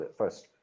first